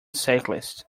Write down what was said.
cyclist